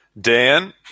Dan